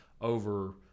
over